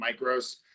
micros